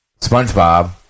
SpongeBob